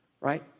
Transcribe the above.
right